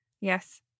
Yes